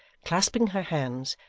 clasping her hands,